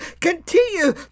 continue